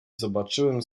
zobaczyłem